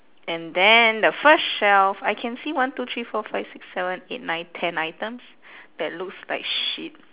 and then the first shelf I can see one two three four five six seven eight nine ten items that looks like shit